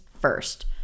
first